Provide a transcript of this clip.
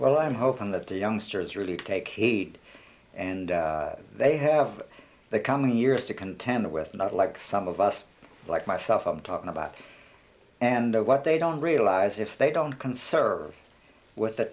well i'm hoping that the youngsters really take heed and they have the coming years to contend with not like some of us like myself i'm talking about and what they don't realize if they don't conserve what the